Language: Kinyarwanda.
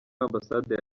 ambasade